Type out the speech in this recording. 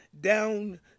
down